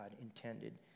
intended